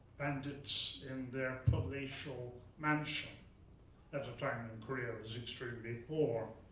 bandits in their palatial mansion at a time when korea was extremely poor.